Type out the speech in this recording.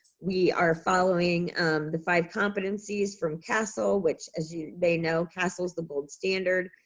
we are following the five competencies from casel which as you, they know casel's the gold standard.